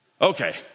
Okay